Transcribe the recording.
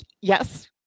Yes